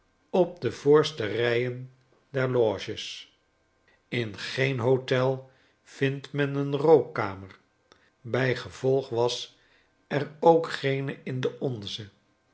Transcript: op de voorste rijen derloges in geen hotel vind men een rookkamer bijgevolgwas er ook geene in de onze